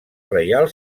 reial